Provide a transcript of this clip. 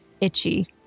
itchy